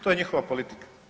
To je njihova politika.